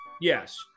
Yes